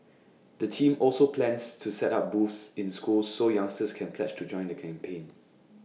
the team also plans to set up booths in schools so youngsters can pledge to join the campaign